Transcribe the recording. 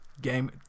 game